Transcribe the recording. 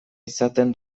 izaten